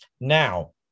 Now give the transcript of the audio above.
Now